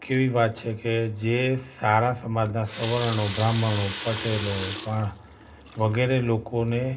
કેવી વાત છે કે જે સારા સમાજના સ્વરણો બ્રાહ્મણો પટેલો વા વગેરે લોકોને